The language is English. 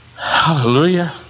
Hallelujah